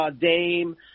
Dame